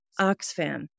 Oxfam